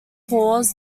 calls